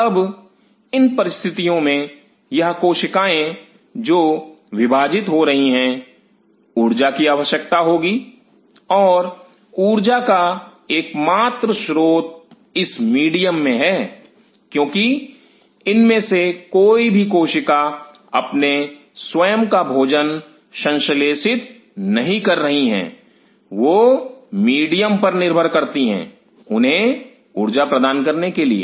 अब इन परिस्थितियों में यह कोशिकाएं जो विभाजित हो रही हैं ऊर्जा की आवश्यकता होगी और ऊर्जा का एकमात्र स्रोत इस मीडियम मे है क्योंकि इनमें से कोई भी कोशिकाएं अपने स्वयं का भोजन संश्लेषित नहीं कर रही हैं वह मीडियम पर निर्भर करती हैं उन्हें ऊर्जा प्रदान करने के लिए